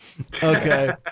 Okay